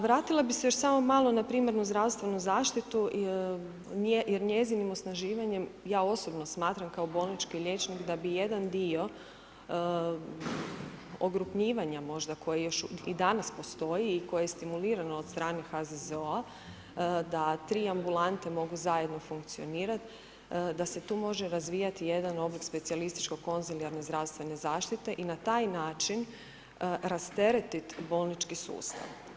Vratila bih se još samo malo na primarnu zdravstvenu zaštitu jer njezinim osnaživanjem, ja osobno smatram kao bolnički liječnik, da bi jedan dio ogrupnjivanja možda koje još i danas postoji i koje je stimulirano od strane HZZO-a da tri ambulante mogu zajedno funkcionirat, da se tu može razvijati jedan oblik specijalističke konzilijarne zdravstvene zaštite i na taj način rasteretit bolnički sustav.